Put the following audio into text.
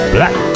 Black